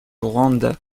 rwanda